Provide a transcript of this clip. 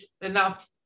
enough